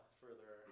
further